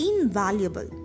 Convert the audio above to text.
invaluable